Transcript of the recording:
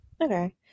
Okay